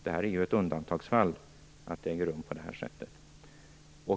Det är ju ett undantagsfall att ett val äger rum på det här sättet.